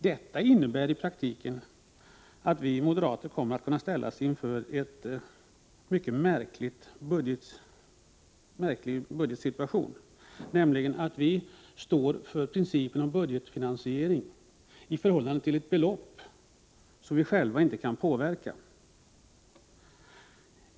Detta innebär i praktiken att vi moderater kan komma att ställas inför en mycket märklig budgetsituation, nämligen att vi står för principen om budgetfinansiering när det gäller ett belopp som vi själva inte kan påverka.